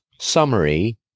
Summary